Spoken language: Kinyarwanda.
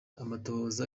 amatohoza